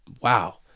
wow